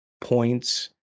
points